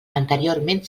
anteriorment